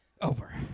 over